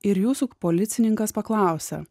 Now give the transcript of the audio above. ir jūsų policininkas paklausia